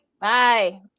bye